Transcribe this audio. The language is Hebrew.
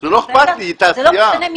זה לא משנה ממה.